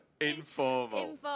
Informal